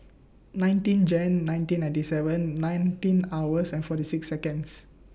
nineteen Jan nineteen ninety seven nineteen hours and forty six Seconds